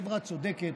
חברה צודקת,